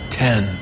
ten